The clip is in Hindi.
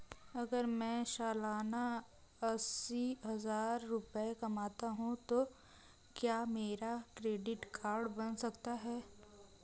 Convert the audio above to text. अगर मैं सालाना अस्सी हज़ार रुपये कमाता हूं तो क्या मेरा क्रेडिट कार्ड बन सकता है?